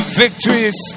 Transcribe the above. victories